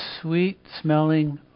sweet-smelling